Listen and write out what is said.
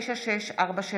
496/23,